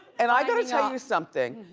and i gotta tell you something,